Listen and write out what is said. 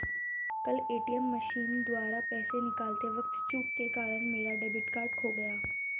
कल ATM machine द्वारा पैसे निकालते वक़्त चूक के कारण मेरा डेबिट कार्ड खो गया